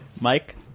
Mike